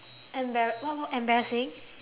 emba~ what what embarrassing